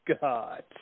God